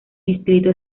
distrito